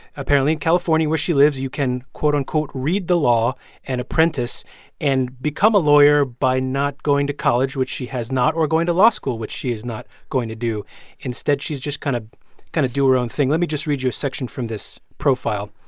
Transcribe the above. apparently, in california, where she lives, you can, quote, unquote, read the law and apprentice and become a lawyer by not going to college which she has not or going to law school which she is not going to do instead, she's just kind of going to do her own thing. let me just read you a section from this profile.